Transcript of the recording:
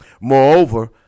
Moreover